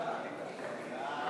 חוק